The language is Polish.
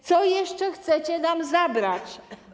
Co jeszcze chcecie nam zabrać?